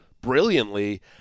brilliantly